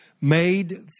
made